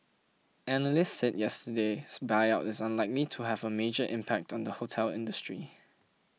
analysts said yesterday's buyout is unlikely to have a major impact on the hotel industry